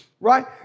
right